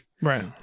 right